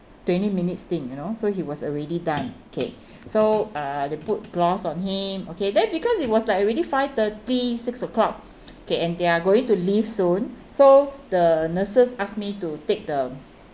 twenty minutes thing you know so he was already done okay so uh they put gloss on him okay then because it was like already five thirty six O clock okay and they're going to leave soon so the nurses asked me to take the